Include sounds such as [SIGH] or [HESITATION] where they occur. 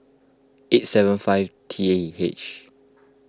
eight seven five T [HESITATION] H